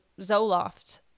Zoloft –